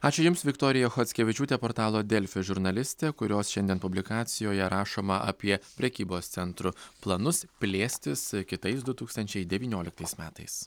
ačiū jums viktorija chockevičiūtė portalo delfi žurnalistė kurios šiandien publikacijoje rašoma apie prekybos centru planus plėstis kitais du tūkstančiai devynioliktais metais